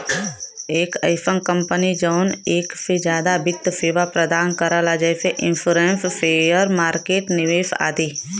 एक अइसन कंपनी जौन एक से जादा वित्त सेवा प्रदान करला जैसे इन्शुरन्स शेयर मार्केट निवेश आदि